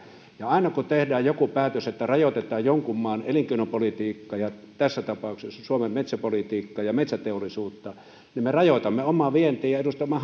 aina kun tehdään jokin päätös että rajoitetaan jonkin maa elinkeinopolitiikkaa tässä tapauksessa suomen metsäpolitiikkaa ja metsäteollisuutta niin me rajoitamme omaa vientiämme edustaja